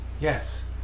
Yes